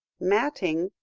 matting,